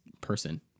person